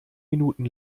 minuten